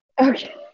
Okay